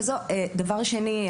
דבר שני,